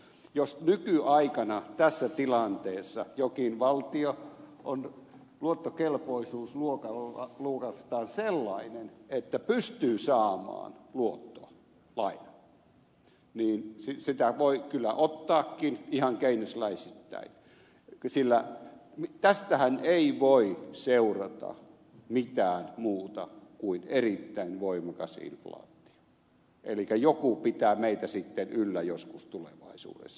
jos nykyaikana tässä tilanteessa jokin valtio on luottokelpoisuusluokaltaan sellainen että pystyy saamaan luottoa lainaa niin sitä voi kyllä ottaakin ihan keynesiläisittäin sillä tästähän ei voi seurata mitään muuta kuin erittäin voimakas inflaatio elikkä joku pitää meitä sitten yllä joskus tulevaisuudessa